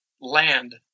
land